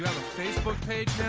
facebook page